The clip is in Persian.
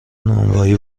نانوایی